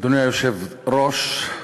אדוני היושב-ראש,